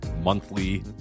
Monthly